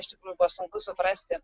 iš tikrųjų buvo sunku suprasti